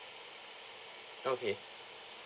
okay